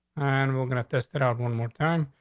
and we're going to test it out one more time.